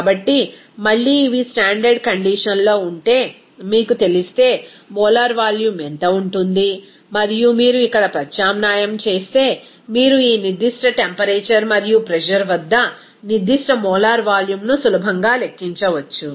కాబట్టి మళ్లీ ఇవి స్టాండర్డ్ కండిషన్ లో ఉంటే మీకు తెలిస్తే మోలార్ వాల్యూమ్ ఎంత ఉంటుంది మరియు మీరు ఇక్కడ ప్రత్యామ్నాయం చేస్తే మీరు ఈ నిర్దిష్ట టెంపరేచర్ మరియు ప్రెజర్ వద్ద నిర్దిష్ట మోలార్ వాల్యూమ్ను సులభంగా లెక్కించవచ్చు